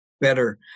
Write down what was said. better